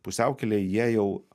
pusiaukelėj jie jau